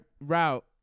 route